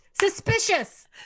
Suspicious